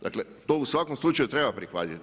Dakle, to u svakom slučaju treba prihvatiti.